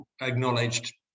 acknowledged